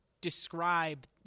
describe